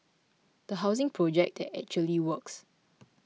a housing project that actually works